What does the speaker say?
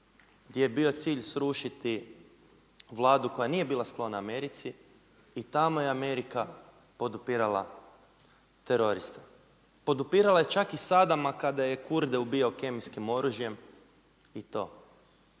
gdje je bio cilj srušiti Vladu koja nije bila sklona Americi i tamo je Amerika podupirala teroriste. Podupirala je čak i Sadama kada je kurde ubijao kemijskim oružjem i to.